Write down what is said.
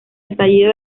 estallido